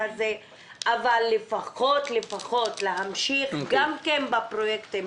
אבל לפחות להמשיך בפרויקטים,